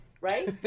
right